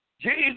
Jesus